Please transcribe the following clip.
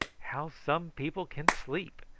how some people can sleep!